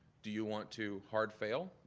do you want to hard fail?